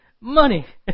money